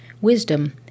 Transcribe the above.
wisdom